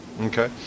Okay